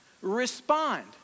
respond